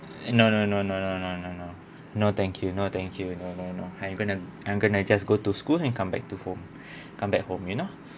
no no no no no no no no no thank you no thank you no no no I'm gonna I'm gonna just go to school and come back to home come back home you know